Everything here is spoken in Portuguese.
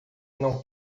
não